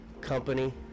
company